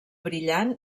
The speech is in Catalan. brillant